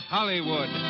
Hollywood